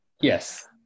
Yes